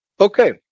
Okay